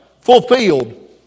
fulfilled